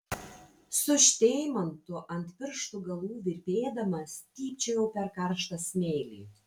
su šteimantu ant pirštų galų virpėdama stypčiojau per karštą smėlį